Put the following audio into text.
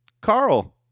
Carl